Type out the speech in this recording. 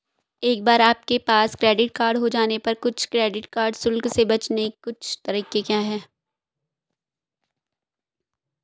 एक बार आपके पास क्रेडिट कार्ड हो जाने पर कुछ क्रेडिट कार्ड शुल्क से बचने के कुछ तरीके क्या हैं?